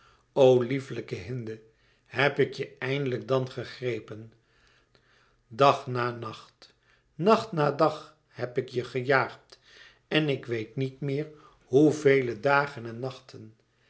o lieflijke hinde heb ik je eindelijk dan gegrepen dag na nacht nacht na dag heb ik je gejaagd en ik weet niet meer hoe vele dagen en nachten